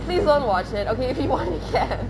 please don't watch it okay if you want you can